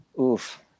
Oof